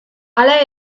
hala